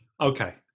Okay